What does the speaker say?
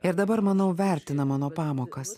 ir dabar manau vertina mano pamokas